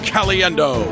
Caliendo